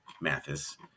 Mathis